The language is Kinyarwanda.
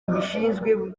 bubishinzwe